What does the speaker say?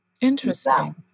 Interesting